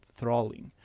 thralling